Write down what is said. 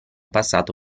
passato